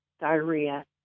diarrhea